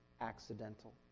accidental